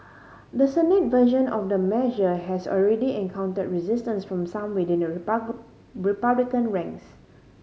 the Senate version of the measure has already encountered resistance from some within the Republican ranks